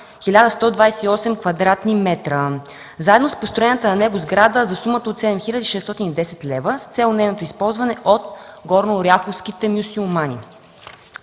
метра, заедно с построената в него сграда за сумата от 7610 лв. с цел нейното използване от горнооряховските мюсюлмани.